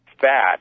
fat